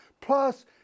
Plus